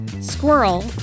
Squirrel